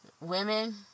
women